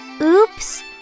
Oops